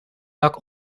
dak